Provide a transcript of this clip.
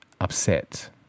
upset